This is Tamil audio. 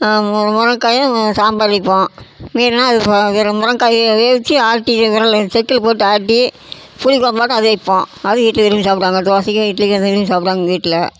முருங்கைக்காயும் சாம்பார் வைப்போம் வேணுன்னால் அது ஒரு முருங்கக்காய் வேக வைச்சி ஆட்டி உரல் செக்கில் போட்டு ஆட்டி புளிக் குழம்பு பாட்டம் அதை வைப்போம் அதுவும் வீட்டில் விரும்பி சாப்பிடுவாங்க தோசைக்கும் இட்லிக்கும் அதை விரும்பி சாப்பிடுவாங்க எங்கள் வீட்டில்